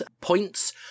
points